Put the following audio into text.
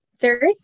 Third